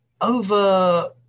over